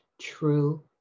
true